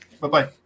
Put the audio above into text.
Bye-bye